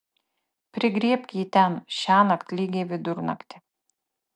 prigriebk jį ten šiąnakt lygiai vidurnaktį